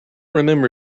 remember